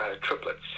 triplets